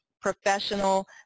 professional